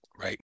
right